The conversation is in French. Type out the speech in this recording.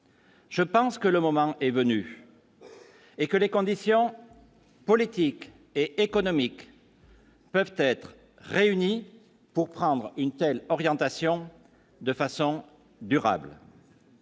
Je pense que le moment est venu et que les conditions politiques et économiques. Peuvent être réunies pour prendre une telle orientation de façon durable.